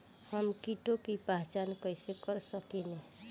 हम कीटों की पहचान कईसे कर सकेनी?